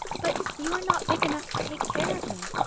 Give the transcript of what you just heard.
but you are not big enough to take care of me.